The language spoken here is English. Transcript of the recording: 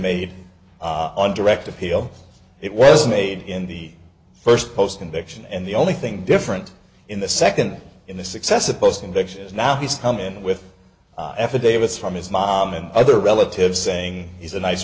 made on direct appeal it was made in the first post conviction and the only thing different in the second in this excessive posting directions now he's come in with f a davis from his mom and other relatives saying he's a nice